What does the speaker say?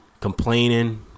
complaining